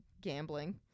gambling